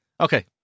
Okay